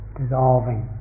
dissolving